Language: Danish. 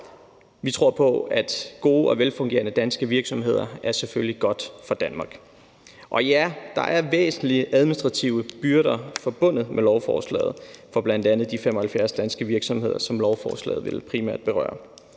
Vi tror på, at gode og velfungerende danske virksomheder selvfølgelig er godt for Danmark. Og ja, der er væsentlige administrative byrder forbundet med lovforslaget for bl.a. de 75 danske virksomheder, som lovforslaget primært vil berøre.